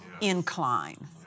incline